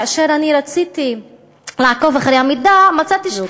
כאשר אני רציתי לעקוב אחרי המידע מצאתי שאין מידע לגבי,